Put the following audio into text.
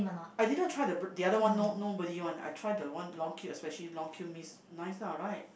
I didn't try the br~ the other one no nobody one especially long queue one means nice right